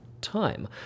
time